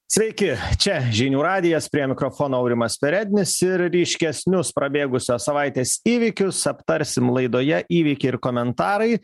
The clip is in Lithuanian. sveiki čia žinių radijas prie mikrofono aurimas perednis ir ryškesnius prabėgusios savaitės įvykius aptarsim laidoje įvykiai ir komentarai